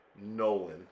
Nolan